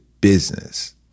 business